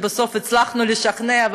ובסוף הצלחנו לשכנע,